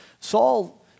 Saul